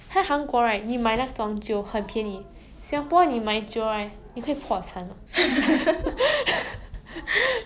no lah cause all the theatre